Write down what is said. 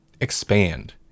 expand